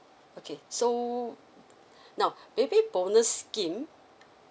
okay so now baby bonus scheme